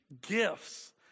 gifts